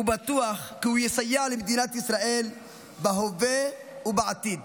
ובטוח כי הוא יסייע למדינת ישראל בהווה ובעתיד.